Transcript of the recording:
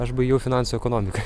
aš baigiau finansų ekonomiką